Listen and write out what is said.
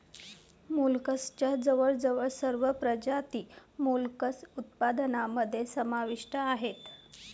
मोलस्कच्या जवळजवळ सर्व प्रजाती मोलस्क उत्पादनामध्ये समाविष्ट आहेत